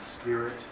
spirit